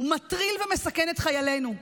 מטריל ומסכן את חיילינו.